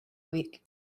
week